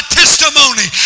testimony